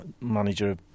manager